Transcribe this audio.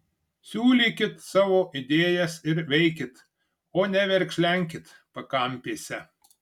siūlykit savo idėjas ir veikit o ne verkšlenkit pakampėse